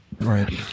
Right